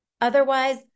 Otherwise